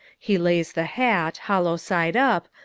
he lays the hat, hollow side up,